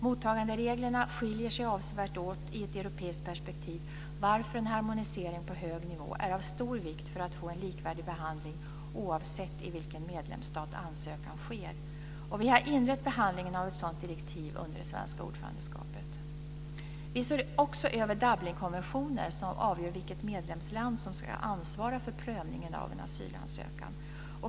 Mottagandereglerna skiljer sig avsevärt åt i ett europeiskt perspektiv varför en harmonisering på hög nivå är av stor vikt för att få en likvärdig behandling, oavsett i vilken medlemsstat ansökan sker. Vi har inlett behandlingen av ett sådant direktiv under det svenska ordförandeskapet. Vi ser också över Dublinkonventionen som avgör vilket medlemsland som ska ansvara för prövningen av en asylansökan.